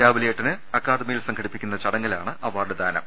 രാവിലെ എട്ടിന് അക്കാദമിയിൽ സംഘടിപ്പിക്കുന്ന ചടങ്ങിലാണ് അവാർഡ് ദാനം